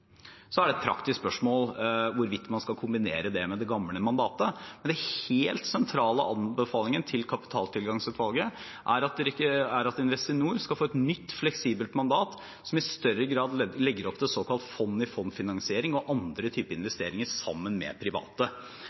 Så er det et praktisk spørsmål hvorvidt man skal kombinere det med det gamle mandatet, men kapitaltilgangsutvalgets helt sentrale anbefaling er at Investinor skal få et nytt, fleksibelt mandat som i større grad legger opp til såkalt fond-i-fond-finansiering og andre typer investeringer sammen med private.